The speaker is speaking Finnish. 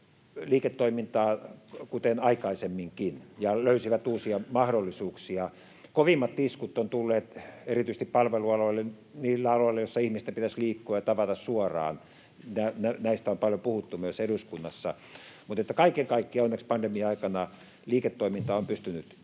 liiketoimintaa kuten aikaisemminkin ja löysi uusia mahdollisuuksia. Kovimmat iskut ovat tulleet erityisesti palvelualoille, niille aloille, joilla ihmisten pitäisi liikkua ja tavata suoraan. Näistä on paljon puhuttu myös eduskunnassa. Mutta kaiken kaikkiaan onneksi pandemian aikana liiketoiminta on pystynyt jatkumaan,